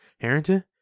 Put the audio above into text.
Harrington